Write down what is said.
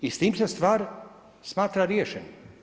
I s tim se stvar smatra riješenim.